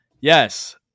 yes